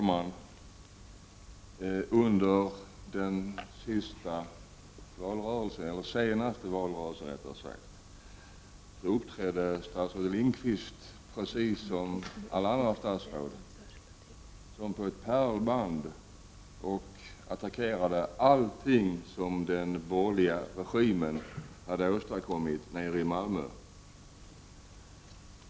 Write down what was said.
Fru talman! Under den senaste valrörelsen uppträdde statsrådet Lindqvist precis som alla andra statsråd, vilka som på ett pärlband framträdde och attackerade allting som den borgerliga regimen i Malmö hade åstadkommit.